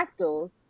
fractals